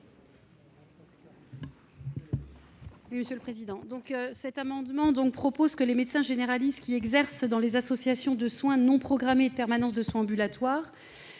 Le présent amendement prévoit que les médecins généralistes exerçant dans des associations de soins non programmés et de permanence de soins ambulatoires,